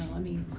i mean,